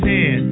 Ten